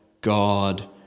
God